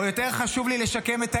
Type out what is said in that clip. או יותר חשוב לי לשקם את העסק,